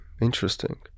Interesting